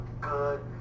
good